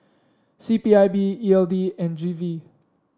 C P I B E L D and G V